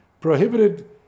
prohibited